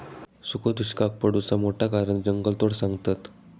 सुखो दुष्काक पडुचा मोठा कारण जंगलतोड सांगतत